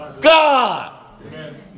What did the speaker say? God